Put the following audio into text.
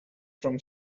from